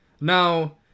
Now